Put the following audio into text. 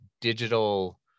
digital